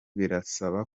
birasaba